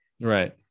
Right